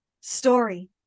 story